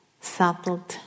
subtle